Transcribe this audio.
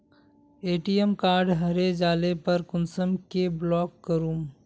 ATM card हरे जाले पर कुंसम के ब्लॉक करूम?